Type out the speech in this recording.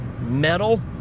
metal